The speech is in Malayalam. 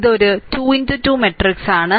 ഇതൊരു 2 2 മാട്രിക്സാണ്